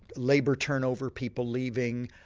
labour turnover, people leaving,